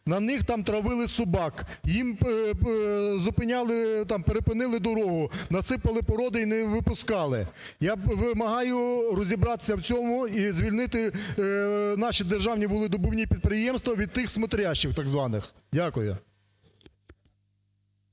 На них там травили собак, їм зупиняли там, перепинили дорогу, насипали породи і не випускали. Я вимагаю розібратися в цьому і звільнити наші державні вугледобувні підприємства від тих "смотрящих" так званих. Дякую.